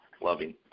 Loving